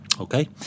Okay